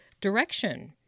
direction